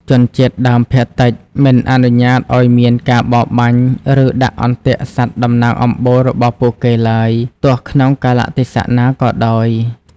ជនជាតិដើមភាគតិចមិនអនុញ្ញាតឱ្យមានការបរបាញ់ ឬដាក់អន្ទាក់សត្វតំណាងអំបូររបស់ពួកគេឡើយ ទោះក្នុងកាលៈទេសៈណាក៏ដោយ។